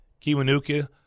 Kiwanuka